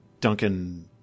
Duncan